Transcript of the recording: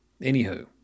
Anywho